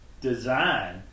design